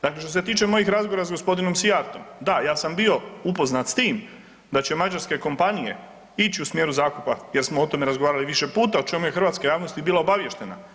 Dakle, što se tiče mojih razgovora s g. Szijjartom, da ja sam bio upoznat s tim da će mađarske kompanije ići u smjeru zakupa jer smo o tome razgovarali više puta, o čemu je hrvatska javnost i bila obaviještena.